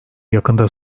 yakında